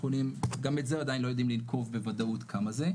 שגם את זה עדיין לא יודעים לנקוב בוודאות כמה זה.